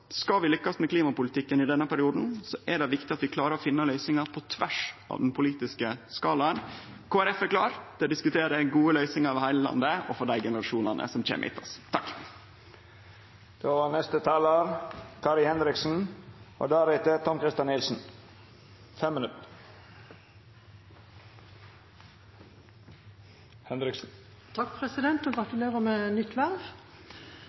Skal vi lykkast med klimapolitikken i denne perioden, er det viktig at vi klarer å finne løysingar på tvers av den politiske skalaen. Kristeleg Folkeparti er klar til å diskutere dei gode løysingane for heile landet og for dei generasjonane som kjem etter oss. Neste talar er Kari Henriksen. Takk, president, og